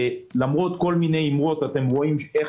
למרות כל מיני אמרות אתם רואים איך